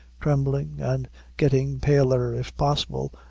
trembling, and getting paler, if possible,